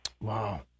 Wow